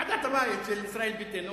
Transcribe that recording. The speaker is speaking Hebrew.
ועדת הבית של ישראל ביתנו,